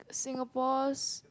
Singapore's